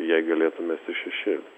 jei galėtų mest į šešėlį